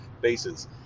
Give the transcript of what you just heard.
bases